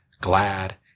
glad